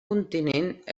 continent